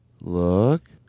Look